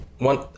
One